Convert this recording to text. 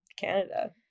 Canada